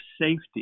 safety